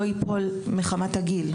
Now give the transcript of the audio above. לא ייפול מחמת הגיל.